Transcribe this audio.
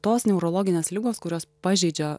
tos neurologinės ligos kurios pažeidžia